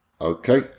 Okay